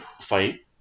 fight